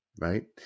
Right